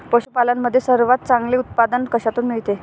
पशूपालन मध्ये सर्वात चांगले उत्पादन कशातून मिळते?